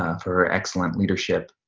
um for her excellent leadership,